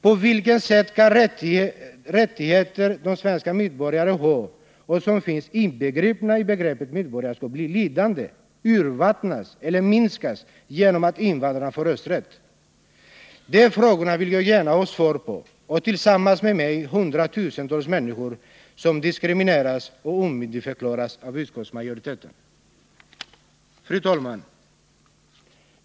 På vilket sätt kan de rättigheter som svenska medborgare har och som finns inbegripna i begreppet medborgarskap bli lidande, urvattnas eller minskas genom att invandrarna får rösträtt? De frågorna vill jag gärna ha svar på och tillsammans med mig hundratusentals människor som diskrimineras och omyndigförklaras av utskottsmajoriteten. Fru talman!